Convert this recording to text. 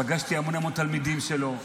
פגשתי המון המון תלמידים שלו.